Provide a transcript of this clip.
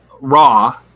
Raw